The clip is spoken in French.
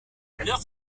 leur